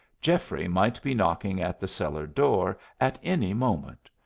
geoffrey might be knocking at the cellar-door at any moment.